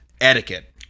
etiquette